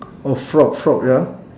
oh frog frog ya